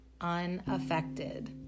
unaffected